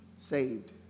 saved